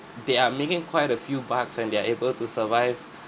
they are making quite a few bucks and they're able to survive